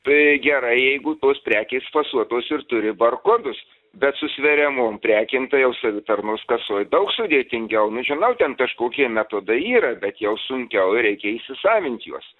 tai gerai jeigu tos prekės fasuotos ir turi barkodus bet su sveriamom prekėm tai jau savitarnos kasoj daug sudėtingiau nu žinau ten kažkokie metodai yra bet jau sunkiau reikia įsisavint juos